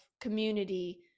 community